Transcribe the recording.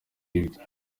yibwe